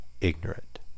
Ignorant